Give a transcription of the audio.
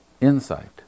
insight